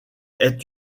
est